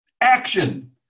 Action